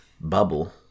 bubble